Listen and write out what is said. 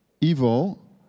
evil